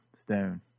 stone